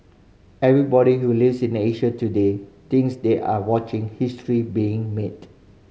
everybody who lives in Asia today thinks they are watching history being made